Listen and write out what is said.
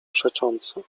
przecząco